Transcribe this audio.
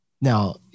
now